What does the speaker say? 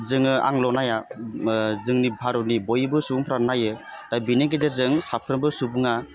जोङो आंल' नाया जोंनि भारतनि बयबो सुबुंफोरानो नायो दा बेनि गेजेरजों साफ्रोमबो सुबुङा